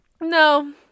No